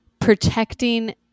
protecting